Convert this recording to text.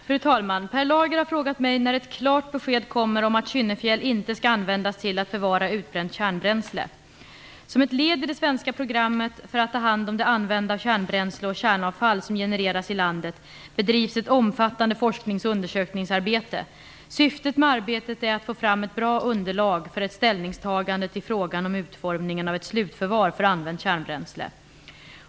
Fru talman! Per Lager har frågat mig när ett klart besked kommer om att Kynnefjäll inte skall användas till att förvara utbränt kärnbränsle. Som ett led i det svenska programmet för att ta hand om det använda kärnbränsle och kärnavfall som genereras i landet bedrivs ett omfattande forsknings och undersökningsarbete. Syftet med arbetet är att få fram ett bra underlag för ett ställningstagande till frågan om utformningen av ett slutförvar för använt kärnbränsle.